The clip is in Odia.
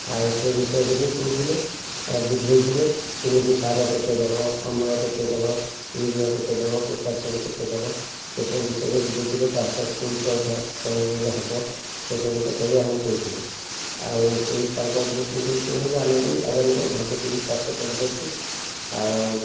ଆଉ ସେ ବିଷୟରେ ବି କହୁଥିଲେ ଆଉ ବୁଝାଉଥିଲେ କେମିତି ସାର କେତେ ଦେବ ଅମଳ କେତେ ଦେବ କି ରୁଆ କେତେ ଦେବ ପୋଟାସିୟମ୍ କେତେ ଦେବ ଏ ସବୁ ବିଷୟରେ ବୁଝାଉଥିଲେ ଚାଷ କେଉଁ ପ୍ରଣାଳୀରେ ହେବ ସେ ସବୁ କଥା ବି ଆମକୁ କହୁଥିଲେ ଆଉ ସେଇ ତାଙ୍କଠୁ ଶୁଣି ଶୁଣିକି ଆମେ ବି ଆରାମରେ ଭଲ କି ବି ଚାଷ କରିପାରୁଛୁ ଆଉ